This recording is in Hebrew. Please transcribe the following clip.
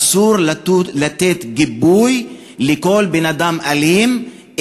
אסור לתת גיבוי לשום בן-אדם אלים,